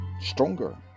stronger